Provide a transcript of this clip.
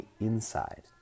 inside